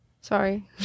Sorry